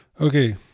Okay